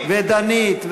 ודנית,